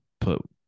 put